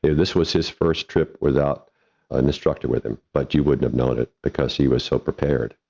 this was his first trip without an instructor with him, but you wouldn't have known it because he was so prepared.